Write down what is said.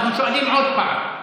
אנחנו שואלים עוד פעם: